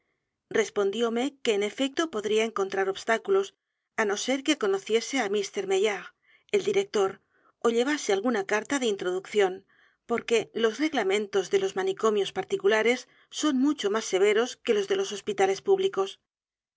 respondióme que en efecto podría encontrar obstáculos á no ser que conociese á m maillard el director ó llevase alguna carta de introducción porque los reglamentos d e los manicomios particulares son mucho más severos que los de los hospitales públicos